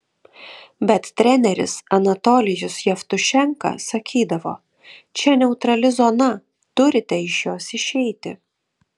bet treneris anatolijus jevtušenka sakydavo čia neutrali zona turite iš jos išeiti